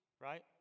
right